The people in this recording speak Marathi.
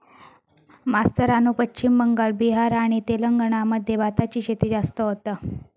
मास्तरानू पश्चिम बंगाल, बिहार आणि तेलंगणा मध्ये भाताची शेती जास्त होता